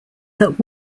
that